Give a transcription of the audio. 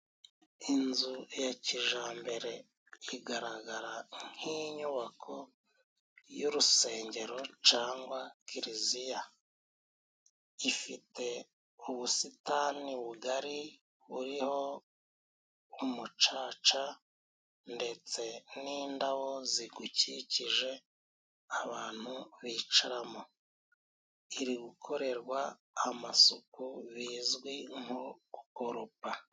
Inzu ya kijambere igaragara nk'inyubako y'urusengero cangwa Kiliziya. Ifite ubusitani bugari buriho umucaca ndetse n'indabo zigukikije abantu bicaramo , iri gukorerwa amasuku bizwi nko gukoropa.